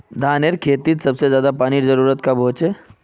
धानेर खेतीत पानीर सबसे ज्यादा जरुरी कब होचे?